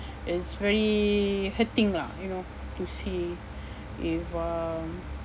it's very hurting lah you know to see if um